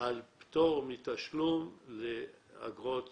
פטור מתשלום לאגרות